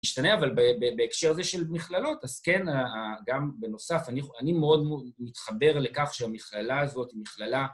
משתנה, אבל בהקשר הזה של מכללות, אז כן, גם בנוסף, אני מאוד מתחבר לכך שהמכללה הזאת היא מכללה...